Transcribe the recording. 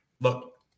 Look